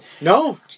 No